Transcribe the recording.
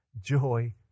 joy